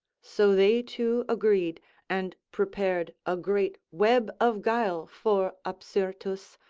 so they two agreed and prepared a great web of guile for apsyrtus,